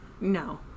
No